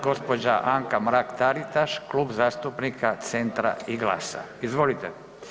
Gđa. Anka Mrak-Taritaš, Klub zastupnika Centra i GLAS-a, izvolite.